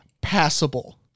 passable